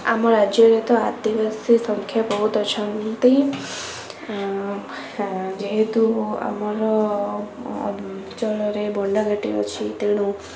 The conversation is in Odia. ଆମ ରାଜ୍ୟରେ ତ ଆଦିବାସୀ ସଂଖ୍ୟା ବହୁତ ଅଛନ୍ତି ଯେହେତୁ ଆମର ଅଞ୍ଚଳରେ ବଣ୍ଡା ଘାଟି ଅଛି ତେଣୁ